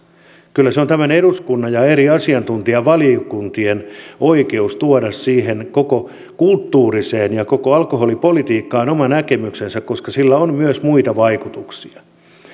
kyllä se on tämän eduskunnan ja eri asiantuntijavaliokuntien oikeus tuoda siihen koko kulttuuriin ja koko alkoholipolitiikkaan oma näkemyksensä koska sillä on myös muita vaikutuksia